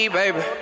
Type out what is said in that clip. baby